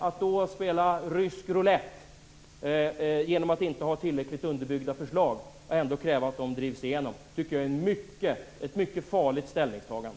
Att då spela rysk roulett genom att inte ha tillräckligt underbyggda förslag och ändå kräva att de drivs igenom tycker jag är ett mycket farligt ställningstagande.